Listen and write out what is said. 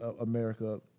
America